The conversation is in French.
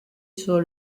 sur